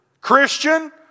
Christian